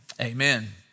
amen